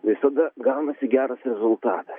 visada gaunasi geras rezultatas